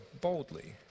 boldly